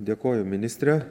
dėkoju ministre